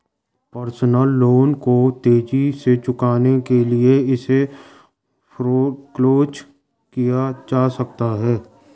personal loan को तेजी से चुकाने के लिए इसे फोरक्लोज किया जा सकता है